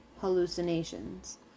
hallucinations